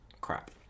crap